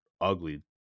ugly